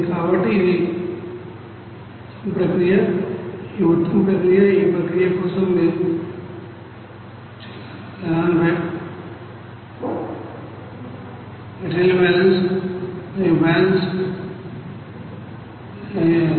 కాబట్టి ఇది ఇక్కడ మొత్తం ప్రక్రియ ఈ ప్రక్రియ కోసం మీరు మెటీరియల్ బ్యాలెన్స్ మరియు ఎనర్జీ బ్యాలెన్స్ కూడా చేయాలి